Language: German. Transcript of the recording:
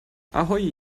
ahoi